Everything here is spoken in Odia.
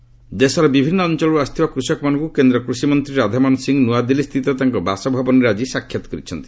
ରାଧାମୋହନ ଦେଶର ବିଭିନ୍ନ ଅଞ୍ଚଳରୁ ଆସିଥିବା କୃଷକମାନଙ୍କୁ କେନ୍ଦ୍ର କୃଷି ମନ୍ତ୍ରୀ ରାଧାମୋହନ ସିଂ ନୃଆଦିଲ୍ଲୀ ସ୍ଥିତ ତାଙ୍କ ବାସଭବନରେ ଆଜି ସାକ୍ଷାତ କରିଛନ୍ତି